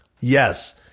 Yes